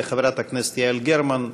חברת הכנסת יעל גרמן אחריך.